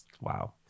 wow